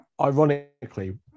ironically